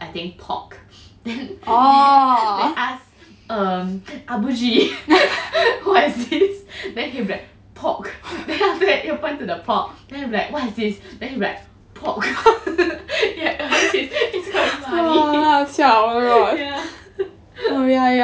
I think pork then they asked um what is this then they will like pork after that they point to the pork then they like what is this then he will be like pork it's quite funny yeah is harder especially